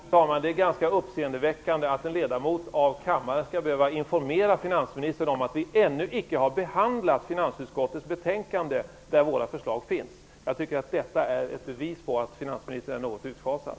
Fru talman! Det är ganska uppseendeväckande att en ledamot av kammaren skall behöva informera finansministern om att vi ännu icke har behandlat finansutskottets betänkande, där våra förslag finns. Detta är ett bevis på att finansministern är något utsjasad.